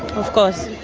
of course.